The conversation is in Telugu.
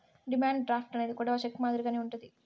డిమాండ్ డ్రాఫ్ట్ అనేది కూడా చెక్ మాదిరిగానే ఉంటది